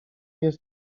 jest